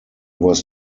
was